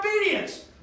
obedience